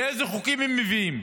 איזה חוקים הם מביאים?